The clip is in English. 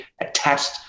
attached